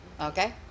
Okay